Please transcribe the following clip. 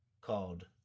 Called